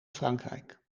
frankrijk